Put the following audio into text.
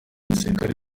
gisirikare